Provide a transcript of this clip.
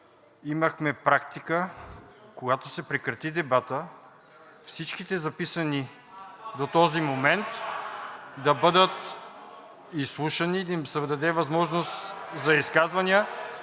имахме практика, когато се прекрати дебатът, всичките записани до този момент да бъдат изслушани – да им се даде възможност за изказвания.